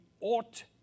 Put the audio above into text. ought